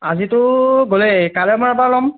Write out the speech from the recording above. আজিটো গ'লেই কাইলৈ মানৰ পৰা ল'ম